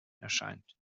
erscheint